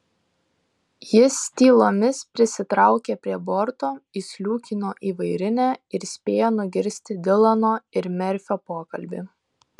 jis tylomis prisitraukė prie borto įsliūkino į vairinę ir spėjo nugirsti dilano ir merfio pokalbį